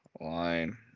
line